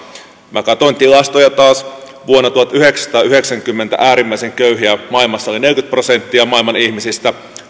minä katsoin tilastoja taas vuonna tuhatyhdeksänsataayhdeksänkymmentä äärimmäisen köyhiä maailmassa oli neljäkymmentä prosenttia maailman ihmisistä